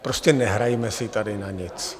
Prostě nehrajme si tady na nic.